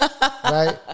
right